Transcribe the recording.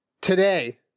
today